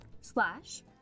Slash